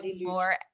more